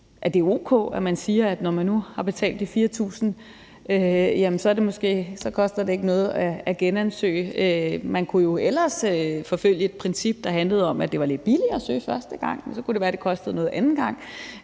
det er o.k., at man siger, at når man nu har betalt de 4.000 kr., så koster det ikke noget at genansøge. Ellers kunne man jo forfølge et princip, der handlede om, at det var lidt billigere at søge første gang, og så kunne det være, det kostede mere den anden gang.